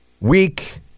weak